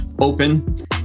open